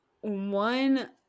one